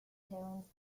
terence